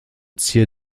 zier